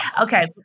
Okay